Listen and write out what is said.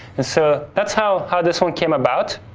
and so, that's how how this one came about,